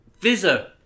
Visa